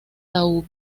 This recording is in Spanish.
tau